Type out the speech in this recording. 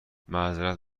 معذرت